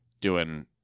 doing-